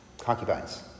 concubines